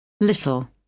little